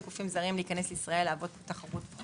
גופים זרים להיכנס לישראל ולהוות פה תחרות.